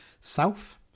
South